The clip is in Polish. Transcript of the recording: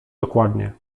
dokładnie